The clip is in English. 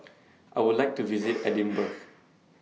I Would like to visit Edinburgh